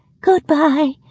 Goodbye